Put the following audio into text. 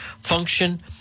function